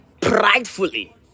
pridefully